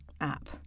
app